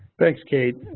thanks kate.